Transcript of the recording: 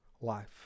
life